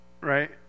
Right